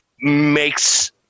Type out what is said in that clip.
makes